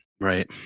Right